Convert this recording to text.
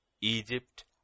Egypt